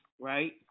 right